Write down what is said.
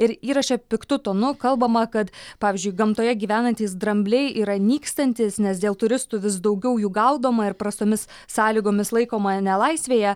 ir įraše piktu tonu kalbama kad pavyzdžiui gamtoje gyvenantys drambliai yra nykstantys nes dėl turistų vis daugiau jų gaudoma ir prastomis sąlygomis laikoma nelaisvėje